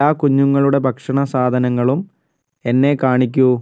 എല്ലാ കുഞ്ഞുങ്ങളുടെ ഭക്ഷണ സാധനങ്ങളും എന്നെ കാണിക്കൂ